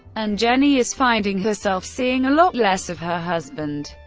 and jenny is finding herself seeing a lot less of her husband.